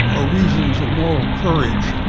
ah reasons of moral courage,